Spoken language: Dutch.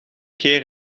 keer